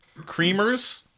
creamers